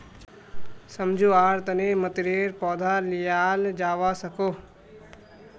सम्झुआर तने मतरेर पौधा लियाल जावा सकोह